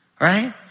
Right